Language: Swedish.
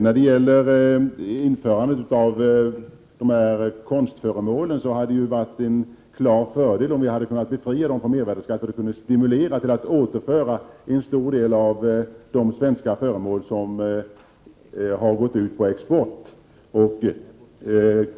När det gäller införandet av konstföremål hade det varit en klar fördel om vi hade kunnat befria dem från mervärdeskatt. Det skulle ha stimulerat till att återinföra en stor del av de svenska föremål som gått ut på export.